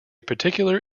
particular